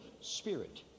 Spirit